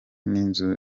nk’inzu